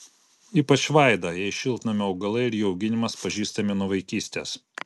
ypač vaida jai šiltnamio augalai ir jų auginimas pažįstami nuo vaikystės